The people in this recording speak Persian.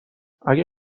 اگه